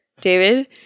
David